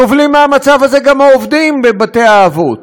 סובלים מהמצב הזה גם העובדים בבתי-האבות,